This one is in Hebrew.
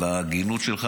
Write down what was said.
להגינות שלך.